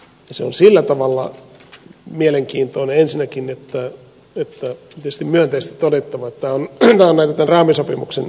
se on sillä tavalla mielenkiintoinen ensinnäkin että on tietysti myönteisesti todettava että tämä on tämän raamisopimuksen myönteisiä osia